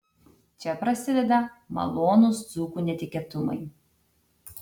čia prasideda malonūs dzūkų netikėtumai